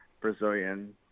brazilian